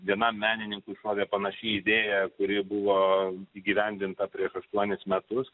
vienam menininkui šovė panaši idėja kuri buvo įgyvendinta prieš aštuonis metus